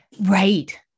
Right